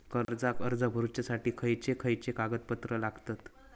कर्जाक अर्ज करुच्यासाठी खयचे खयचे कागदपत्र लागतत